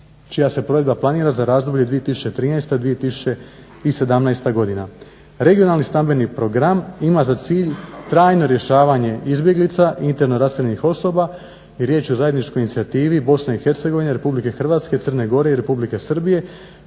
čija se provedba planira za razdoblje 2013.-2017. godina. Regionalni stambeni program ima za cilj trajno rješavanje izbjeglica i interno raseljenih osoba i riječ je o zajedničkoj inicijativi Bosne i Hercegovine, Republike Hrvatske, Crne Gore i Republike Srbije